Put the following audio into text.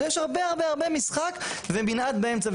ויש הרבה הרבה משחק ומנעד באמצע.